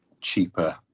cheaper